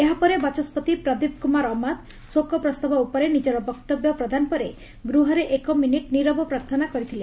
ଏହାପରେ ବାଚ ଅମାତ ଶୋକପ୍ରସ୍ତାବ ଉପରେ ନିଜର ବକ୍ତବ୍ୟ ପ୍ରଦାନ ପରେ ଗୃହରେ ଏକ ମିନିଟ୍ ନୀରବ ପ୍ରାର୍ଥନା କରିଥିଲେ